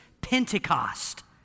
Pentecost